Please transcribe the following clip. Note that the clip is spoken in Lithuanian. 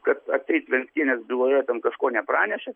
kad atseit vilkienės byloje ten kažko nepranešė